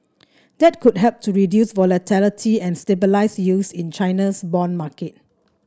that could help to reduce volatility and stabilise yields in China's bond market